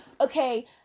okay